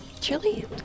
Chili